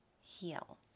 heal